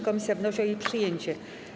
Komisja wnosi o jej przyjęcie.